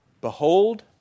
Behold